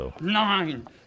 nine